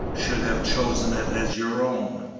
should have chosen it as your own.